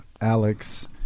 Alex